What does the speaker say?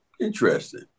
interesting